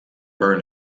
burn